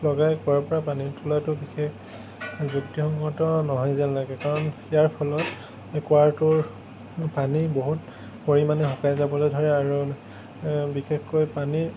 লগাই কুঁৱাৰ পৰা পানী তোলাটো বিশেষ যুক্তিসংগত নহয় যেন লাগে কাৰণ ইয়াৰ ফলত এই কুঁৱাটোৰ পানী বহুত পৰিমাণে শুকাই যাবলৈ ধৰে আৰু বিশেষকৈ পানী